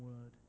word